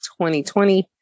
2020